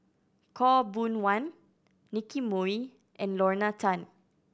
Khaw Boon Wan Nicky Moey and Lorna Tan